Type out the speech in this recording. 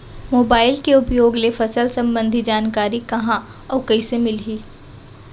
Mobile के उपयोग ले फसल सम्बन्धी जानकारी कहाँ अऊ कइसे मिलही?